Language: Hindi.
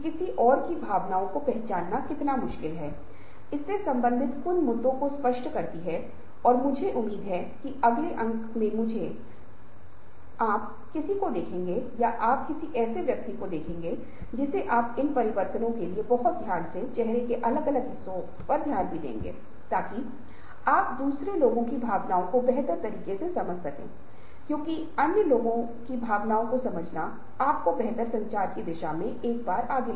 और परिवर्तन प्रबंधन तब तक सफल नहीं होगा जब तक कि शीर्ष प्रबंधन से पहल न हो और आपके द्वारा किए गए किसी भी प्रयास संस्थान को एक प्रणाली में परिवर्तन प्रबंधन बनाने का कोई भी प्रयास के लिए सभी हितधारकों के सहयोग की आवश्यकता होती है अन्यथा प्रतिरोध होगा क्योंकि यह पूरी तरह से प्रणाली को बदलना है और प्रणाली मे बड़ा बदलव होगा